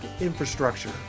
infrastructure